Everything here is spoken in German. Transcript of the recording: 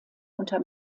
unter